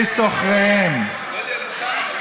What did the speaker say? אאוגרייהו זילי" עדי שקר בזויים בעיני שוכריהם.